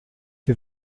the